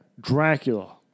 Dracula